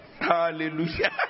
Hallelujah